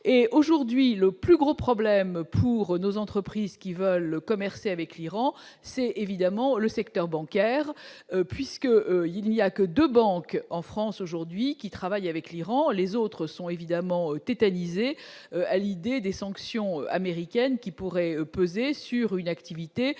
aujourd'hui le plus gros problème pour nos entreprises qui veulent commercer avec l'Iran, c'est évidemment le secteur bancaire puisque il n'y a que 2 banques en France aujourd'hui, qui travaille avec l'Iran, les autres sont évidemment tétanisés à l'idée des sanctions américaines qui pourraient peser sur une activité dans ce